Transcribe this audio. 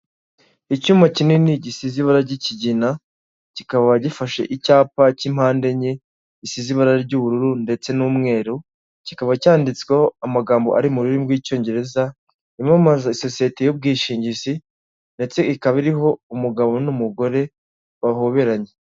Icyuma kinini gisize ibara ry'ikigina, kikaba gifashe icyapa cy'impande enye, gisize ibara ry'ubururu ndetse n'umweru, kikaba cyanditsweho amagambo ari mu rurimi rw'icyongereza, yamamaza isosiyete y'ubwishingizi ndetse ikaba iriho umugabo n'umugore bahoberanye.